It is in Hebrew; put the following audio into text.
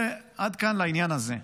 עד כאן לעניין הזה.